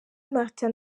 martin